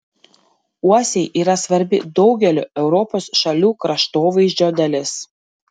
uosiai yra svarbi daugelio europos šalių kraštovaizdžio dalis